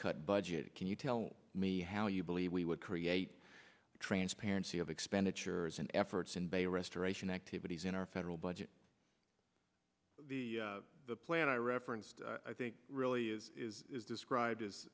cut budget can you tell me how you believe we would create transparency of expenditures and efforts in bay restoration activities in our federal budget the plan i referenced i think really is describe